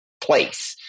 place